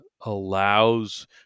allows